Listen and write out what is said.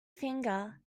finger